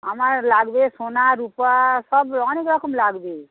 আমার লাগবে সোনা রূপা সব অনেক রকম লাগবে